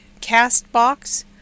Castbox